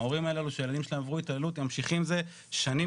ההורים האלה שהילדים שלהם עברו התעללות ממשיכים שנים